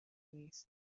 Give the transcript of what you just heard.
نیست